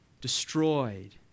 Destroyed